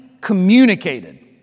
communicated